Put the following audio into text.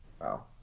Wow